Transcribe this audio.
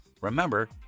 Remember